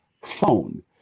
Phone